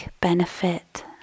benefit